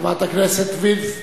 חברת הכנסת וילף.